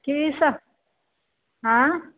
की सभ आँय